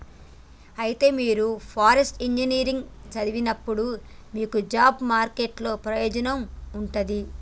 అయితే మీరు forest engineering సదివినప్పుడు మీకు జాబ్ మార్కెట్ లో ప్రయోజనం ఉంటది